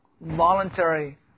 Voluntary